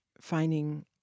finding